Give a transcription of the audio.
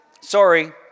Sorry